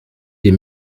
des